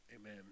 amen